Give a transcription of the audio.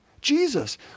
Jesus